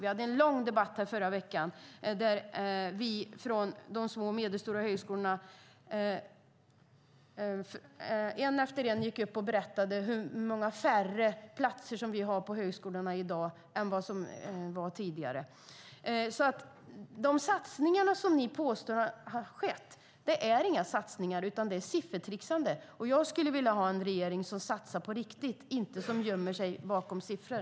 Vi hade en lång debatt här i förra veckan, där vi från de små och medelstora högskolorna en efter en gick upp och berättade hur många färre platser vi har på högskolorna i dag än vi hade tidigare. De satsningar ni påstår har skett är inga satsningar, utan det är siffertricksande. Jag skulle vilja ha en regering som satsar på riktigt, inte en som gömmer sig bakom siffror.